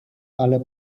ale